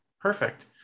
perfect